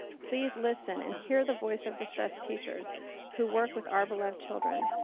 please listen and hear the voice of the stressed teachers who work with our beloved children.